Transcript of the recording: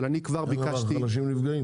אבל אני כבר ביקשתי -- החלשים נפגעים.